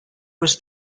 was